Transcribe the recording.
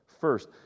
first